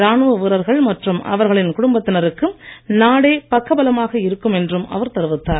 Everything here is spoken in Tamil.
ராணுவ வீரர்கள் மற்றும் அவர்களின் குடும்பத்தினருக்கு நாடே பக்கபலமாக இருக்கும் என்று அவர் தெரிவித்தார்